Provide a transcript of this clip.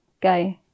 go